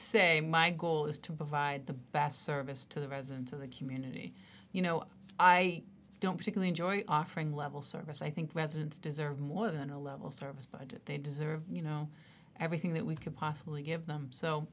say my goal is to provide the best service to the residents of the community you know i don't particularly enjoy offering level service i think residents deserve more than a level of service but they deserve you know everything that we could possibly give them so